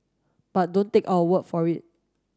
but don't take our word for it